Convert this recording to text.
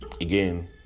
again